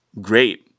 great